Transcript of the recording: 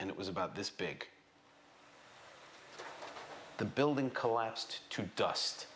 and it was about this big if the building collapsed to dust